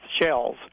shells